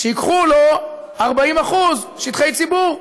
שייקחו לו 40% שטחי ציבור.